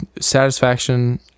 Satisfaction